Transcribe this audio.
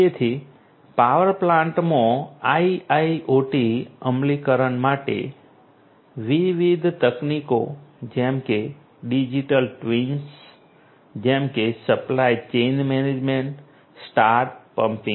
તેથી પાવર પ્લાન્ટ્સમાં IIoT અમલીકરણ માટે વિવિધ તકનીકો જેમ કે ડિજિટલ ટ્વિન્સ જેમ કે supply chain management smart pumping